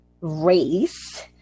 race